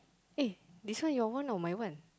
eh this one your one or my one